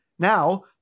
Now